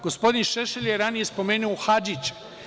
Gospodin Šešelj je ranije spomenuo Hadžić.